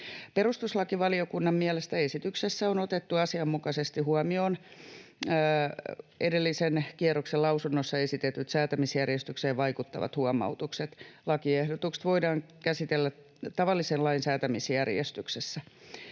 Perustuslakivaliokunnan mielestä esityksessä on otettu asianmukaisesti huomioon edellisen kierroksen lausunnossa esitetyt säätämisjärjestykseen vaikuttavat huomautukset. Lakiehdotukset voidaan käsitellä tavallisen lain säätämisjärjestyksessä.